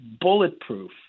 bulletproof